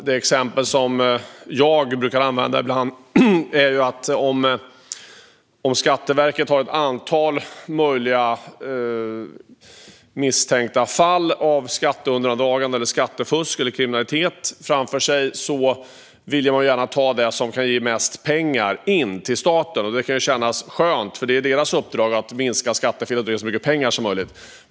Det exempel som jag brukar använda ibland är att om Skatteverket har ett antal möjliga misstänkta fall av skatteundandragande, skattefusk eller kriminalitet framför sig vill man nog gärna ta det som kan ge mest pengar till staten. Det kan kännas skönt, för det är deras uppdrag att minska skattefel och dra in så mycket pengar som möjligt.